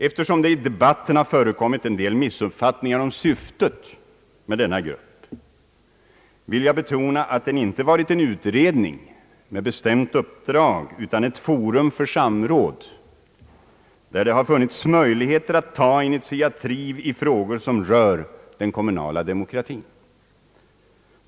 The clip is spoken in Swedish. Eftersom det i debatten har förekommit en del missuppfattningar om syftet med denna grupp, vill jag betona att den inte varit en utredning med bestämt uppdrag utan ett forum för samråd, där det har funnits möjligheter att ta initiativ i frågor som rör den kommunala demokratin.